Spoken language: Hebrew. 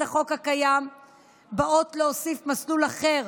החוק הקיים ובאות להוסיף מסלול אחר,